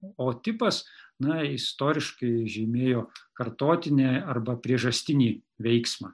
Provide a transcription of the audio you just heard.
o tipas na istoriškai žymėjo kartotinį arba priežastinį veiksmą